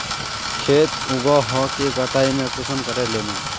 खेत उगोहो के कटाई में कुंसम करे लेमु?